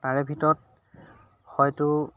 তাৰে ভিতৰত হয়তো